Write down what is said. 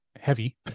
heavy